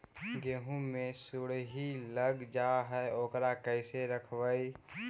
गेहू मे सुरही लग जाय है ओकरा कैसे रखबइ?